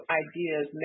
ideas